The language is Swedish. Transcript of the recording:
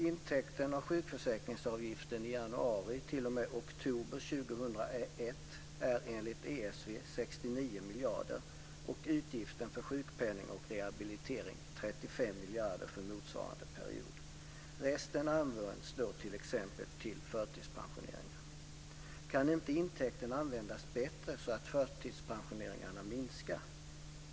Intäkterna av sjukförsäkringsavgiften i januari t.o.m. oktober 2001 är enligt ESV 69 miljarder och utgiften för sjukpenning och rehabilitering 35 miljarder för motsvarande period. Resten används t.ex. till förtidspensioneringar. Kan inte intäkten användas bättre så att förtidspensioneringarna minskar?